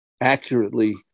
accurately